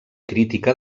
crítica